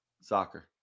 soccer